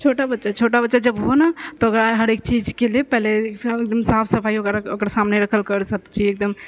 छोटा बच्चा छोटा बच्चा जब हो ना तऽ ओकरा हरेक चीजके लिए पहले साफ सफाइ ओकरा ओकर सामने राखल कर सबचीज एकदम